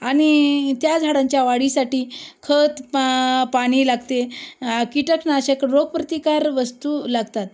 आणि त्या झाडांच्या वाढीसाठी खत पा पाणी लागते कीटकनाशक रोगप्रतिकार वस्तू लागतात